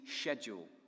schedule